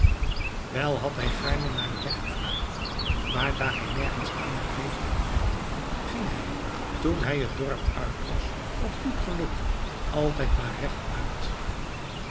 wel had hij gaarne naar den weg gevraagd maar daar hij nergens eenig leven ontdekte ging hij toen hij het dorp uit was op goed geluk altijd maar rechtuit